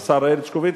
השר הרשקוביץ,